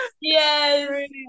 yes